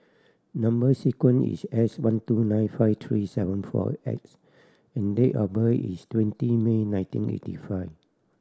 number sequence is S one two nine five three seven four X and date of birth is twenty May nineteen eighty five